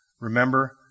remember